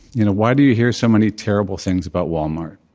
you know, why do you hear so many terrible things about walmart?